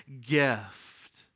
gift